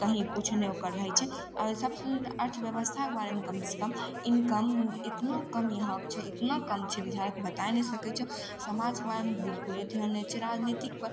कहीँ किछु नहि ओकर रहय छै आओर सबसँ अर्थव्यवस्थाके बारेमे कम सँ कम इनकम इतना कम यहाँके छै इतना कम छै बिहारके बता नहि सकय छौ समाजक बारेमे बिल्कुल ही ध्यान नहि छै राजनीतिक पर